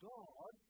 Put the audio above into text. God